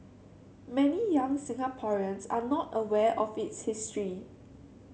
many young Singaporeans are not aware of its history